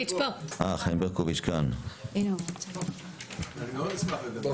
כל מי שלא יכולנו, אנחנו מאוד מתנצלים.